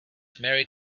married